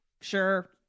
sure